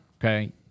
okay